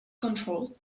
control